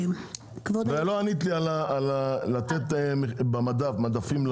לא עניתי לי לגבי שטחי מדף,